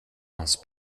hans